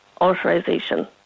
authorization